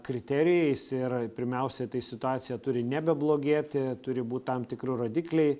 kriterijais ir pirmiausia tai situacija turi nebeblogėti turi būti tam tikrų rodikliai